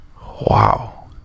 Wow